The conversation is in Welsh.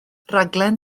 rhaglen